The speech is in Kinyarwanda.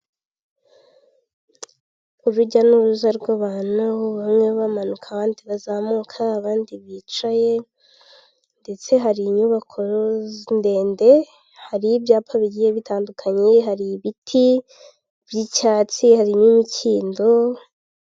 Urujya n'uruza rw'abantu bamwe bamanuka abandi bazamuka abandi bicaye, ndetse hari inyubako ndende hari ibyapa bigiye bitandukanye hari ibiti by'icyatsi harimo imikindo.